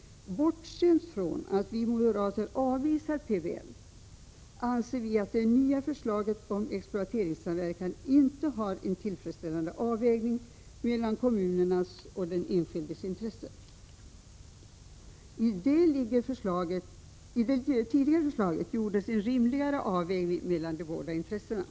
Bortsett från att vi moderater avvisar PBL anser vi att det nya förslaget om exploateringssamverkan inte har en tillfredsställande avvägning mellan kommunernas och den enskildes intressen. I det tidigare förslaget gjordes en rimligare avvägning mellan de båda intressena.